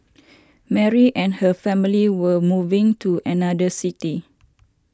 Mary and her family were moving to another city